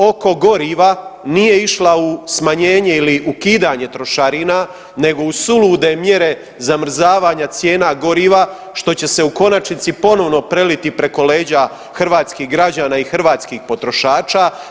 Oko goriva nije išla u smanjenje ili ukidanje trošarina nego u sulude mjere zamrzavanja cijena goriva što će se u konačnici ponovno preliti preko leđa hrvatskih građana i hrvatskih potrošača.